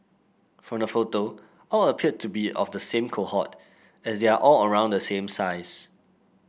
from the photo all appear to be of the same cohort as they are all around the same size